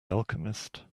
alchemist